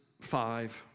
five